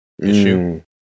issue